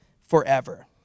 forever